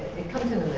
it comes in